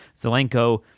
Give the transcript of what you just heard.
Zelenko